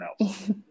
else